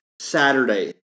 Saturday